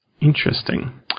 Interesting